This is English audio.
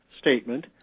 statement